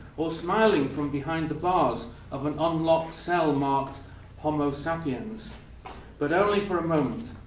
or smiling from behind the bars of an unlocked cell marked homo sapiens but only for a moment.